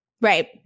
Right